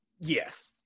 yes